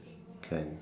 can